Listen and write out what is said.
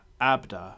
Abda